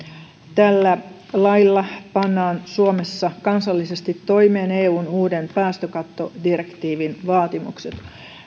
tällä lailla pannaan suomessa kansallisesti toimeen eun uuden päästökattodirektiivin vaatimukset